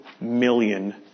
million